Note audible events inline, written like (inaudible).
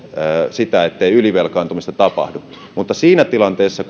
sitä että ylivelkaantumista tapahtuu mutta siinä tilanteessa (unintelligible)